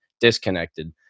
disconnected